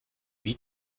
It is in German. wie